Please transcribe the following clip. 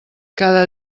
cada